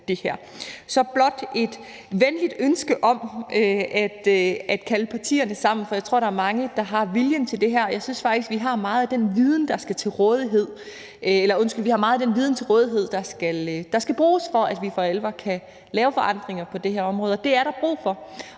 er blot et venligt ønske om, at partierne bliver kaldt sammen, for jeg tror, der er mange, der har viljen til det her, og jeg synes faktisk, vi har meget af den viden til rådighed, der skal bruges, for at vi for alvor kan lave forandringer på det her område. Og det er der brug for.